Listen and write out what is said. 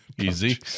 Easy